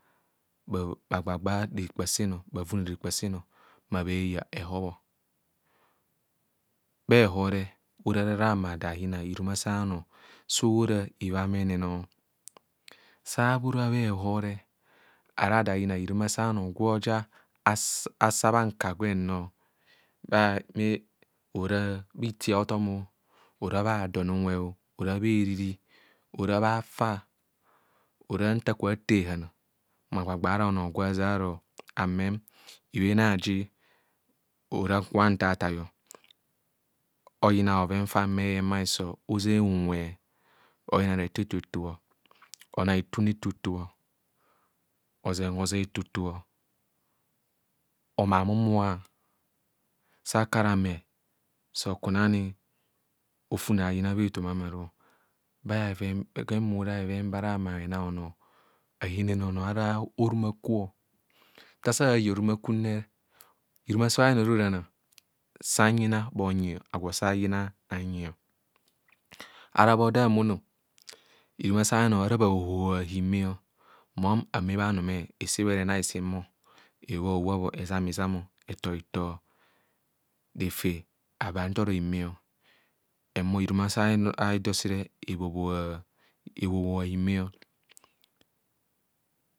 Bhagbagba rekpa sen, bhavune rekpa sen bhahuma bheya ehibo. Bhe ehob re ora re aramada yma hirumase onoo so ora hibhamene no. Sa abhora bha ehobre araa ada yina hirumasa onoo gwe oja asabha nka gwem no. Bhaa ora bhaa itie ahothom, ora bha don unwe o, ora bha hɛfa, ora nta akubho athee hehano mma agbagba ara onoo gwe aʒeng aro amen ibhen aju hora nkubho nthathai ọ oyina bhoven fa bhe eyen bha hiso, oʒeng unwe, oyina reto etoto, onang ithune etoto ọ. Oʒeng huʒe etoto ọ. Onamumuma, sa aku ara ame so oku ngaani ofune hayina bha ethomam aruo. Bhaven gwem bhora bheven ba ara bhenana onoo ahene onoo araa o nimakwo. Nta ase aya orumakum re, hirumasaa onoo ora orana, sanyina bhonyio. Agwọ sanyina aanyio. Ara bhi odo a humono, hirumasa anoo ara bhahohobha hime ọ. Mom ame bha anyme, esebho era enang isin bho, ewa howap, ezam izam, etọ hitọ, refe agba antoro hime ɛhume hirumasa ido iire ebhobhoa hime o.